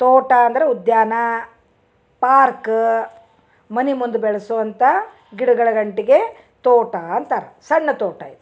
ತೋಟ ಅಂದ್ರ ಉದ್ಯಾನ ಪಾರ್ಕ್ ಮನೆ ಮುಂದೆ ಬೆಳ್ಸುವಂಥಾ ಗಿಡಗಳ ಗಂಟ್ಗೆ ತೋಟ ಅಂತಾರೆ ಸಣ್ಣ ತೋಟ ಇದು